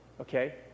okay